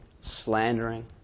slandering